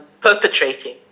perpetrating